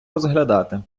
розглядати